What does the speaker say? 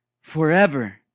forever